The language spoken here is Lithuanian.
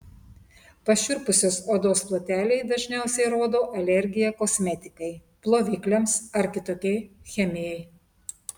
pašiurpusios odos ploteliai dažniausiai rodo alergiją kosmetikai plovikliams ar kitokiai chemijai